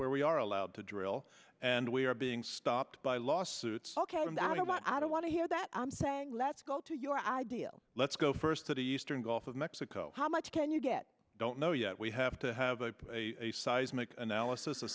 where we are allowed to drill and we are being stopped by lawsuits ok and i don't want i don't want to hear that i'm saying let's go to your ideal let's go first to the eastern gulf of mexico how much can you get don't know yet we have to have a seismic analysis